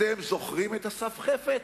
אתם זוכרים את אסף חפץ?